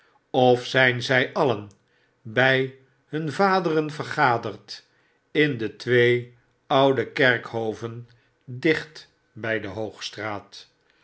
of zyn zy alien by hun vaderen vergaderd in de twee oude kerkhoven dicht by de hoogstraat